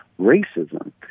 racism